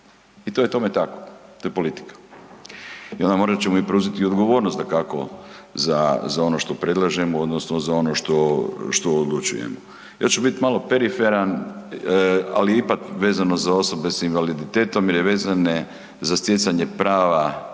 I to je tome tako, to je politika. I onda morat ćemo preuzeti odgovornost dakako za ono što predlažem odnosno za ono što odlučujemo. Ja ću bit malo periferan, ali ipak vezano za osobe sa invaliditetom jer je vezano za stjecanje prava